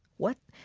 what?